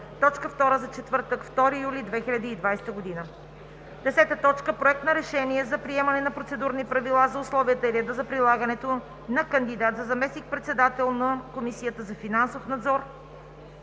точка втора за четвъртък, 2 юли 2020 г. 10. Проект на решение за приемане на Процедурни правила за условията и реда за предлагането на кандидат за заместник‑председател на Комисията за финансов надзор,